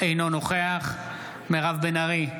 אינו נוכח מירב בן ארי,